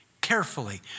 carefully